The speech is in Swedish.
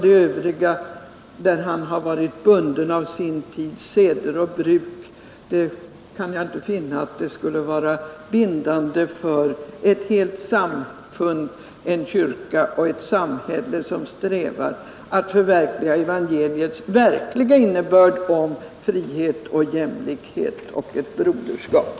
Det övriga, där han varit bunden av sin tids seder och bruk, kan jag inte finna vara bindande för ett samfund, en kyrka och ett samhälle som strävar efter att förverkliga evangeliets innebörd om frihet, jämlikhet och broderskap.